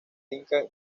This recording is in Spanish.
inca